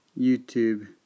YouTube